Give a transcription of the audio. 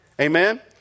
Amen